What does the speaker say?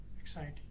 exciting